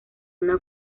una